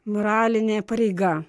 moralinė pareiga